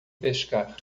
pescar